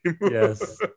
Yes